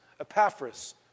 Epaphras